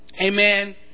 Amen